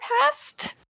past